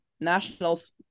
Nationals